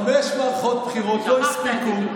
חמש מערכות בחירות לא הספיקו.